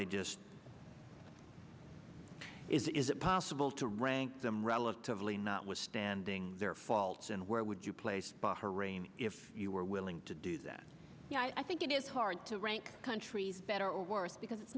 they just is it is it possible to rank them relatively not with standing there faults and where would you place bought her reign if you were willing to do that i think it is hard to rank countries better or worse because it's